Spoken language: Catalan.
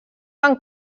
van